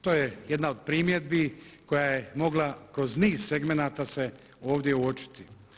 To je jedna od primjedbi koja je mogla kroz niz segmenata se ovdje uočiti.